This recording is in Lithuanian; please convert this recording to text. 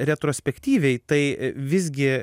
retrospektyviai tai visgi